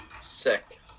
Sick